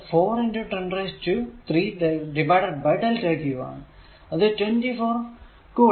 അത് 24 കുളം